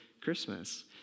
Christmas